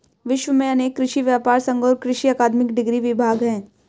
विश्व में अनेक कृषि व्यापर संघ और कृषि अकादमिक डिग्री विभाग है